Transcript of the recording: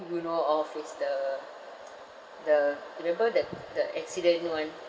you know of is the the remember that the accident [one]